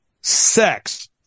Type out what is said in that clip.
sex